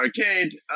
Arcade